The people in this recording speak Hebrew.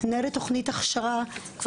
לאזן אותה כמה